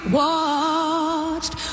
watched